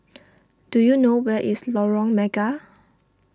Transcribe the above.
do you know where is Lorong Mega